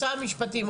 משרד המשפטים,